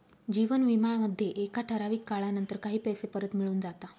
जीवन विमा मध्ये एका ठराविक काळानंतर काही पैसे परत मिळून जाता